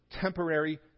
temporary